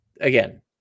Again